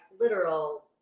literal